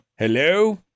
Hello